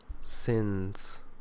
Sin's